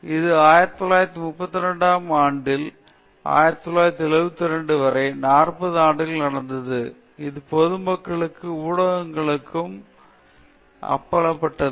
இது 1932 முதல் 1972 வரை நாற்பது ஆண்டுகள் நடந்தது இது பொதுமக்களுக்கு ஊடகங்களால் அம்பலப்பட்டது